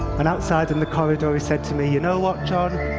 and outside in the corridor he said to me, you know what, jon?